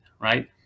right